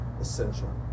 essential